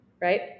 right